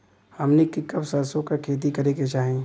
हमनी के कब सरसो क खेती करे के चाही?